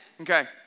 Okay